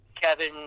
Kevin